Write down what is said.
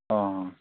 ହଁ ହଁ